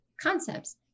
concepts